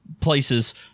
places